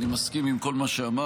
אני מסכים עם כל מה שאמרת